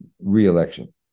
re-election